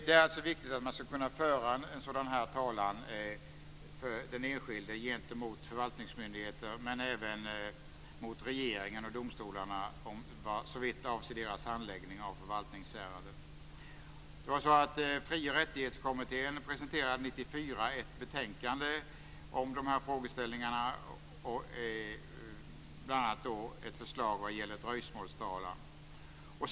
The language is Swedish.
Det är alltså viktigt för den enskilde att man kan föra sådan här talan gentemot förvaltningsmyndigheter men även mot regeringen och mot domstolar såvitt avser deras handläggning av förvaltningsärenden. ett betänkande om de här frågeställningarna, bl.a. ett förslag vad gäller dröjsmålstalan.